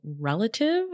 relative